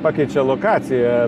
pakeičia lokaciją